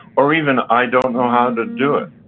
or even i don't know how to do it.